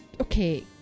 Okay